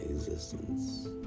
existence